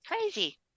crazy